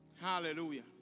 hallelujah